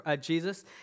Jesus